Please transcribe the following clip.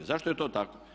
Zašto je to tako?